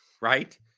right